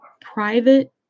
private